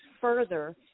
further